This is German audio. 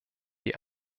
die